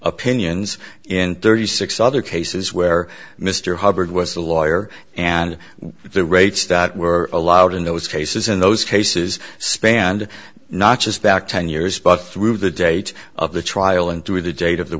opinions in thirty six other cases where mr hubbard was a lawyer and the rates that were allowed in those cases in those cases spanned not just back ten years but through the date of the trial and to the date of the